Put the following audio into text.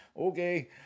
Okay